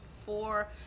four